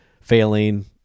failing